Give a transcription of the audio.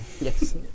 Yes